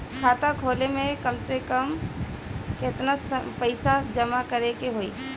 खाता खोले में कम से कम केतना पइसा जमा करे के होई?